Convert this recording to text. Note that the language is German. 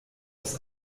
aus